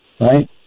right